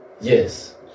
Yes